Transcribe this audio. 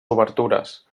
obertures